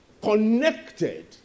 connected